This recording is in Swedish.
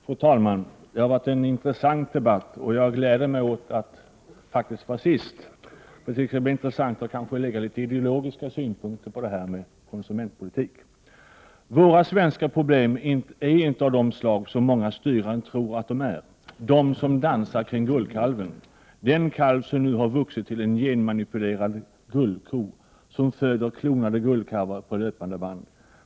Fru talman! Det har varit en intressant debatt, och jag gläder mig faktiskt åt att vara sist. Det skall bli intressant att anlägga några ideologiska synpunkter på konsumentpolitiken. Våra svenska problem är inte av de slag som många styrande tror att de är — de som dansar kring guldkalven, den kalv som nu har vuxit till en genmanipulerad guldko som föder klonade guldkalvar på löpande band.